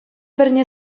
пӗрне